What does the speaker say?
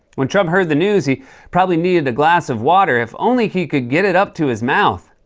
when trump heard the news, he probably needed a glass of water, if only he could get it up to his mouth.